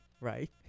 right